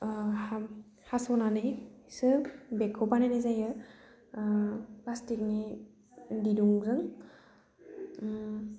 हास'नानैसो बेगखौ बानायनाय जायो प्लास्टिकनि दिरुंजों